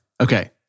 Okay